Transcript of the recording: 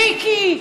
מיקי.